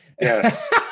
Yes